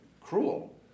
cruel